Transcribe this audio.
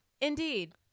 Indeed